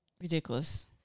Ridiculous